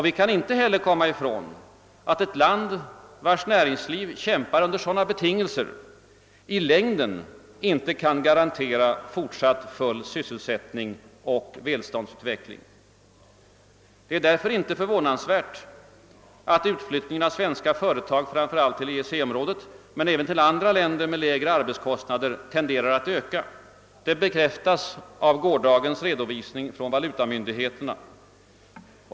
Vi kan inte heller komma ifrån att ett land, vars näringsliv kämpar under sådana betingelser, i längden inte kan garantera fortsatt full sysselsättning och välståndsutveckling. Det är därför inte förvånansvärt att utflyttningen av svenska företag, framför allt till EEC-området men även till andra länder med lägre arbetskostnader, tenderar att öka. Det bekräftas av gårdagens redovisning från valutamyndigheterna.